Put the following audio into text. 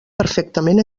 perfectament